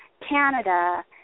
Canada